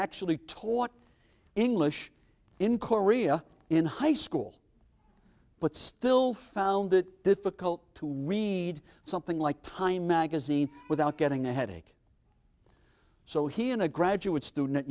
actually taught english in korea in high school but still found it difficult to read something like time magazine without getting a headache so he and a graduate student at